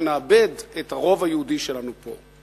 שנאבד את הרוב היהודי שלנו פה.